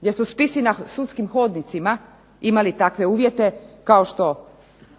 gdje su spisi na sudskim hodnicima imali takve uvjete, kao što